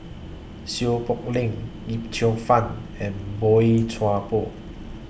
Seow Poh Leng Yip Cheong Fun and Boey Chuan Poh